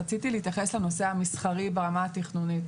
רציתי להתייחס לנושא המסחרי ברמה התכנונית,